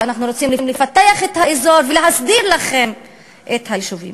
אנחנו רוצים לפתח את האזור ולהסדיר לכם את היישובים.